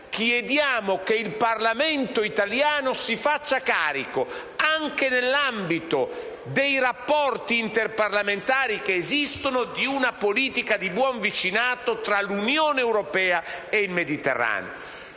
chiediamo che il Parlamento italiano si faccia carico, anche nell'ambito dei rapporti interparlamentari che esistono, di una politica di buon vicinato tra l'Unione europea e gli altri